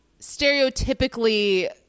stereotypically